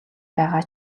байгаа